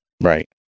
Right